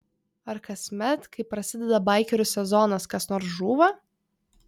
ar kasmet kai prasideda baikerių sezonas kas nors žūva